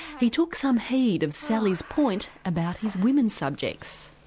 he took some heed of sally's point about his women subjects.